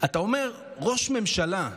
אתה אומר, ראש ממשלה,